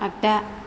आगदा